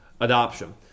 adoption